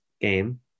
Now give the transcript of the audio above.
game